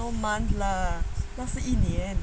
oh my god 那是一年